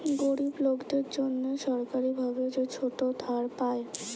গরিব লোকদের জন্যে সরকারি ভাবে যে ছোট ধার পায়